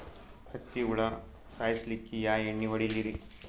ಹತ್ತಿ ಹುಳ ಸಾಯ್ಸಲ್ಲಿಕ್ಕಿ ಯಾ ಎಣ್ಣಿ ಹೊಡಿಲಿರಿ?